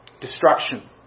Destruction